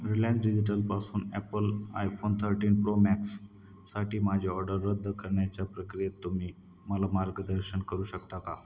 Reliance डिजिटलपासून Apple iPhone thirteen Pro मॅक्ससाठी माझी ऑर्डर रद्द करण्याच्या प्रक्रियेत तुम्ही मला मार्गदर्शन करू शकता का